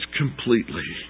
completely